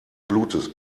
blutes